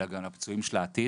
אלא גם עבור הפצועים של העתיד,